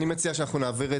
אני מציע שאנחנו נעביר,